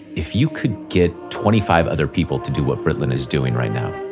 if you could get twenty five other people to do what britlin is doing right now.